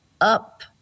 up